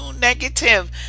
negative